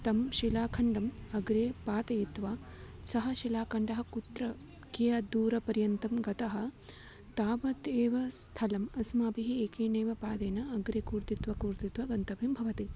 तं शिलाखण्डम् अग्रे पातयित्वा सः शिलाखण्डः कुत्र कियद्दूरपर्यन्तं गतः तावत् एव स्थलम् अस्माभिः एकेनैव पादेन अग्रे कूर्दित्वा कूर्दित्वा गन्तव्यं भवति